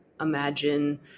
imagine